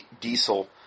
diesel